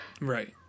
Right